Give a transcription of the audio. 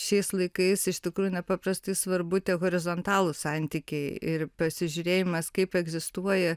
šiais laikais iš tikrųjų nepaprastai svarbu tie horizontalūs santykiai ir pasižiūrėjimas kaip egzistuoja